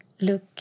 look